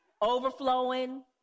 overflowing